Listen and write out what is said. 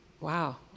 Wow